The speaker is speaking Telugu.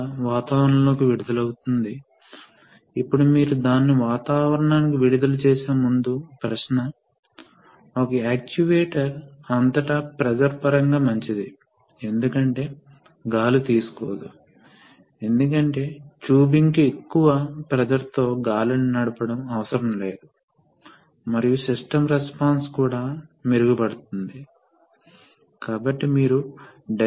కాబట్టిచివరకు మనం గుర్తుచేసుకుంటే ఫోర్స్ ప్రైమ్ మూవర్ నుండి వస్తుంది మరియు ప్రైమ్ మూవర్ కొంత ఫోర్స్ నిర్వహించడానికి రూపొందించబడింది ఒక నిర్దిష్ట సమయంలో అకస్మాత్తుగా లోడ్లో ఫోర్స్ అవసరం ఎక్కువుగా ఉంటుంది తద్వారా పవర్ అవసరం ప్రైమ్ మూవర్స్ సామర్ధ్యాల నుండి బయటకు రాదు కాబట్టి మనం ప్రవాహం రేటును తగ్గించాలి